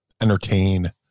entertain